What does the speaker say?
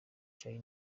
charly